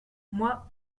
moi